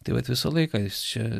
tai vat visą laiką jis čia